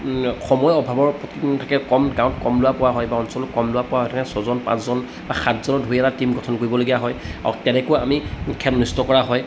সময়ৰ অভাৱৰ থাকে কম গাঁৱত কম ল'ৰা পোৱা হয় বা অঞ্চলত কম ল'ৰা পোৱা হয় সেইটোকাৰণে ছজন পাঁচজন বা সাতজনক ধৰি এটা টীম গঠন কৰিবলগীয়া হয় আৰু কেনেকৈ আমি খেল অনুষ্ঠিত কৰা হয়